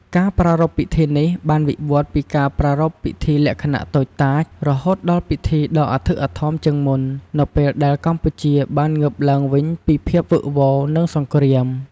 ការប្រារព្ធពិធីនេះបានវិវត្តន៍ពីការប្រារព្ធពិធីលក្ខណៈតូចតាច រហូតដល់ពិធីដ៏អធិកអធមជាងមុន នៅពេលដែរកម្ពុជាបានងើបឡើងវិញពីភាពវឹកវរ និងសង្គ្រាម។